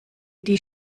die